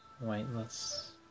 weightless